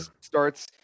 starts